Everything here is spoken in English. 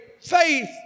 faith